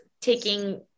taking